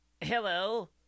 Hello